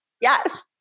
Yes